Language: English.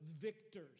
victors